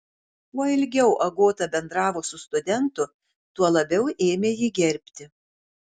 kuo ilgiau agota bendravo su studentu tuo labiau ėmė jį gerbti